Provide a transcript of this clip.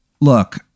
look